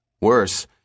Worse